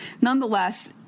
Nonetheless